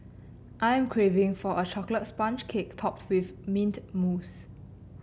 I'm craving for a chocolate sponge cake topped with mint mousse